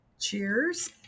Cheers